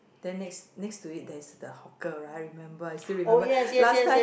then next next to it there's the hawker right remember I still remember last time